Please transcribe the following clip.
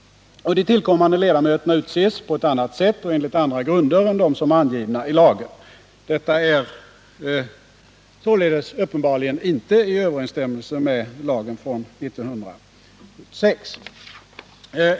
De tillkommande ledamöterna utses på ett annat sätt och på andra grunder än dem som anges i lagen. Detta är uppenbarligen inte i överensstämmelse med 1976 års lag.